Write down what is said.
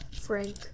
Frank